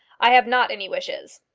i have not any wishes.